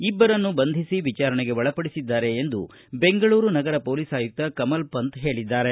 ಇಬ್ಬರನ್ನು ಬಂಧಿಸಿ ವಿಚಾರಣೆಗೆ ಒಳಪಡಿಸಿದ್ದಾರೆ ಎಂದು ಬೆಂಗಳೂರು ನಗರ ಪೊಲೀಸ್ ಆಯುಕ್ತ ಕಮಲ್ ಪಂತ್ ಹೇಳದ್ದಾರೆ